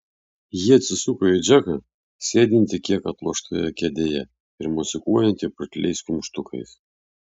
ji atsisuko į džeką sėdintį kiek atloštoje kėdėje ir mosikuojantį putliais kumštukais